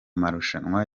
marushanwa